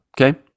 okay